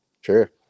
Sure